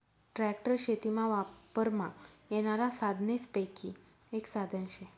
tractor शेतीमा वापरमा येनारा साधनेसपैकी एक साधन शे